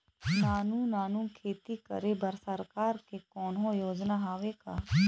नानू नानू खेती करे बर सरकार के कोन्हो योजना हावे का?